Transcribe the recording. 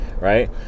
right